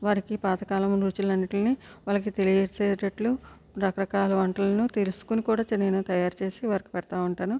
వారికి పాతకాలం రుచులన్నింటినీ వాళ్ళకి తెలియజేసేటట్లు రకరకాల వంటలను తెలుసుకొని కూడా నేను తయారు చేసి వారికి పెడతూ ఉంటాను